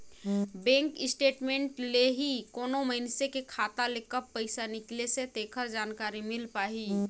bank statement ले ही कोनो मइनसे के खाता ले कब पइसा निकलिसे तेखर जानकारी मिल पाही